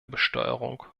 besteuerung